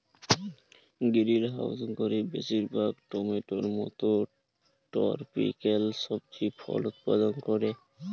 greenhouse ঘরে বেশিরভাগ টমেটোর মত টরপিক্যাল সবজি ফল উৎপাদল ক্যরা